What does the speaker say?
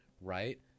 right